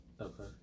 Okay